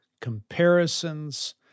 comparisons